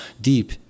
deep